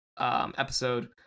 episode